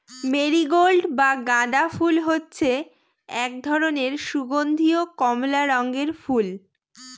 marigold বা গাঁদা ফুল হচ্ছে এক ধরনের সুগন্ধীয় কমলা রঙের ফুল